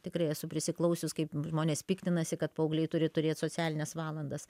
tikrai esu prisiklausius kaip žmonės piktinasi kad paaugliai turi turėt socialines valandas